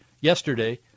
yesterday